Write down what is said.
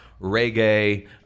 Reggae